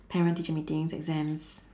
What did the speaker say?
parent teacher meetings exams